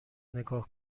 نگاه